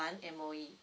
one M_O_E